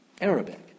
Arabic